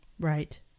Right